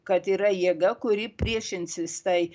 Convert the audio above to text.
kad yra jėga kuri priešinsis tai